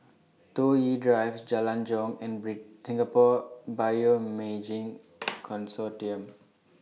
Toh Yi Drive Jalan Jong and Singapore Bioimaging Consortium